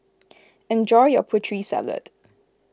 enjoy your Putri Salad